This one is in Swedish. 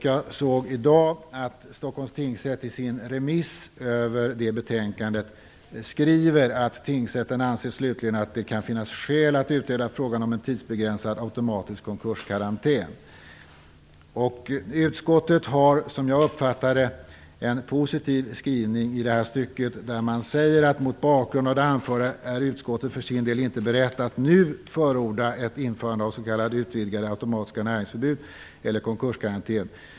Jag såg i dag att Stockholms tingsrätt i sin remiss över det betänkandet skriver: Tingsrätten anser slutligen att det kan finnas skäl att utreda frågan om en tidsbegränsad automatisk konkurskarantän. Utskottet har, som jag uppfattar det, en positiv skrivning i det här stycket, där man säger: "Mot bakgrund av det anförda är utskottet för sin del inte berett att nu förorda ett införande av s.k. utvidgade automatiska näringsförbud eller konkurskarantän.